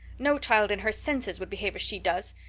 no child in her senses would behave as she does.